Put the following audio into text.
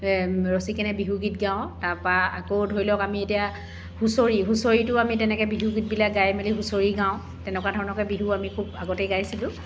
ৰচি কেনে বিহুগীত গাওঁ তাপা আকৌ আমি ধৰি লওক এতিয়া হুঁচৰি হুঁচৰিতো আমি তেনেকৈ বিহুগীতবিলাক গাই মেলি হুঁচৰি গাওঁ তেনেকুৱা ধৰণৰকৈ বিহু আমি খুব আগতেই গাইছিলোঁ